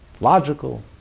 logical